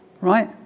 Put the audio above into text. Right